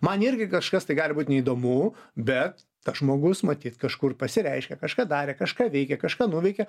man irgi kažkas tai gali būt neįdomu bet tas žmogus matyt kažkur pasireiškia kažką darė kažką veikė kažką nuveikė